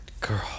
girl